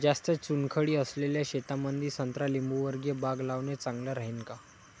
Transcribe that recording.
जास्त चुनखडी असलेल्या शेतामंदी संत्रा लिंबूवर्गीय बाग लावणे चांगलं राहिन का?